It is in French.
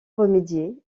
remédier